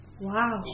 Wow